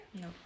No